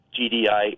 GDI